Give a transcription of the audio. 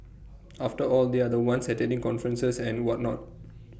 after all they are the ones attending conferences and whatnot